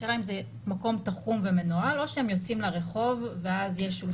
השאה אם זה מקום תחום ומנוהל או שהם יוצאים לרחוב ואז יש שולחנות?